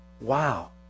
Wow